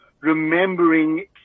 remembering